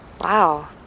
Wow